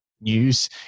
news